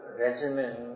regimen